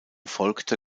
folgte